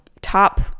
top